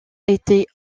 était